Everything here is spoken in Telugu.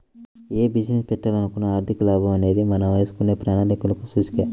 యే బిజినెస్ పెట్టాలనుకున్నా ఆర్థిక లాభం అనేది మనం వేసుకునే ప్రణాళికలకు సూచిక